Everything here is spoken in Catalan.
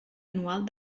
anual